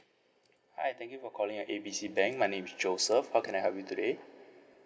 hi thank you for calling our A B C bank my name is joseph how can I help you today